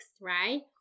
right